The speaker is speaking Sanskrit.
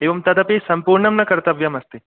एवं तदपि सम्पूर्णं न कर्तव्यमस्ति